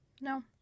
No